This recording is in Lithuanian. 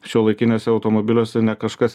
šiuolaikiniuose automobiliuose ne kažkas